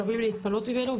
להתפנות ממנו.